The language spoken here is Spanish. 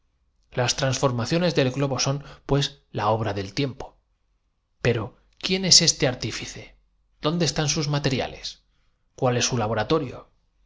irradia formaciones del globo son pues la obra del tiempo ción representada por esta gasa produce un despren pero quién es este artífice dónde están sus mate dimiento este por la repercusión origina una disloca riales cuál es su laboratorio